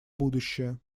будущее